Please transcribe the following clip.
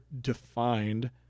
defined